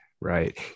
right